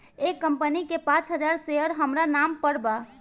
एह कंपनी के पांच हजार शेयर हामरा नाम पर बा